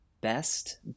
best